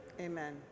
Amen